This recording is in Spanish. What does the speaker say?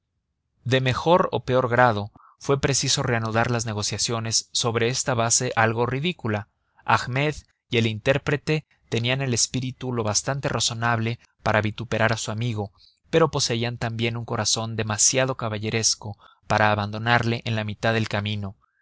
de mejor o peor grado fue preciso reanudar las negociaciones sobre esta base algo ridícula ahmed y el intérprete tenían el espíritu lo bastante razonable para vituperar a su amigo pero poseían también un corazón demasiado caballeresco para abandonarle en la mitad del camino